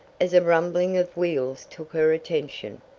as a rumbling of wheels took her attention.